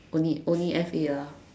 only only F_A lah